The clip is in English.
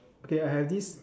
okay I have this